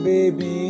Baby